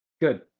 Good